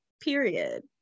period